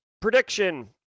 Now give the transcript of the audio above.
Prediction